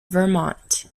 vermont